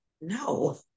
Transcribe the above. no